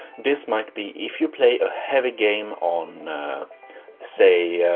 this might be if you play a heavy game on say yeah